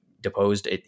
deposed